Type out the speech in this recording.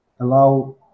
allow